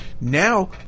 now